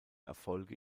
erfolge